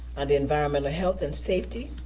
under environmental health and safety,